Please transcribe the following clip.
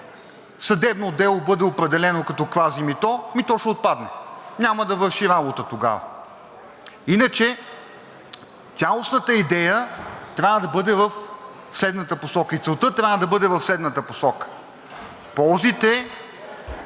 съдебно дело бъде определено като квази- мито, и то ще отпадне, няма да върши работа тогава. Иначе цялостната идея трябва да бъде в следната посока, и целта трябва да бъде в следната посока: ползите